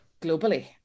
globally